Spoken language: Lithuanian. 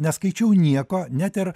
neskaičiau nieko net ir